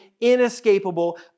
inescapable